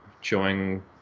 showing